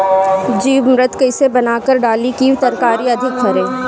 जीवमृत कईसे बनाकर डाली की तरकरी अधिक फरे?